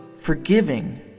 forgiving